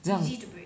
这样